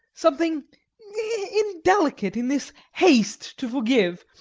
something indelicate, in this haste to forgive?